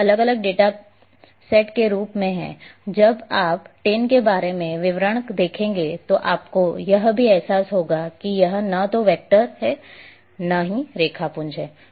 यह अलग अलग डेटा सेट के रूप में है जब आप टिन के बारे में विवरण देखेंगे तो आपको यह भी एहसास होगा कि यह न तो वेक्टर है और न ही रेखापुंज है